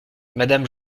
madame